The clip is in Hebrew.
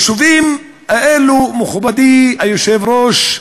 היישובים האלו, מכובדי היושב-ראש,